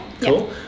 Cool